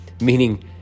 meaning